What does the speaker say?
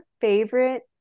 favorite